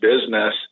business